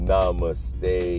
Namaste